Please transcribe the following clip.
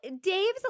Dave's